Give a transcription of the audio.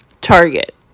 Target